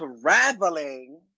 traveling